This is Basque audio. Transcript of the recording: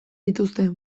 dituzte